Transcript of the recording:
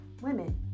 women